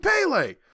Pele